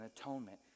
atonement